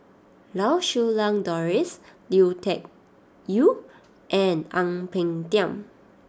Lau Siew Lang Doris Lui Tuck Yew and Ang Peng Tiam